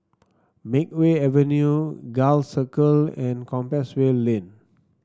Makeway Avenue Gul Circle and Compassvale Lane